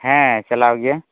ᱦᱮᱸ ᱪᱟᱞᱟᱣ ᱜᱮ